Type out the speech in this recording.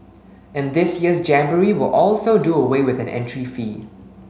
and this year's jamboree will also do away with an entry fee